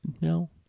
No